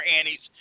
Annie's